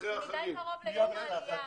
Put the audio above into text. ב' בחשון זה מדי קרוב ליום העלייה.